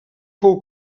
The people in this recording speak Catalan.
fou